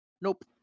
Nope